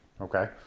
Okay